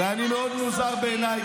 מאוד מוזר בעיניי,